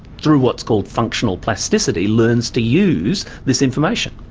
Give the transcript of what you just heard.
through what is called functional plasticity, learns to use this information.